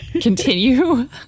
continue